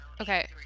Okay